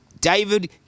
David